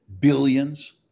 billions